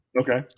Okay